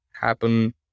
happen